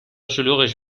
شلوغش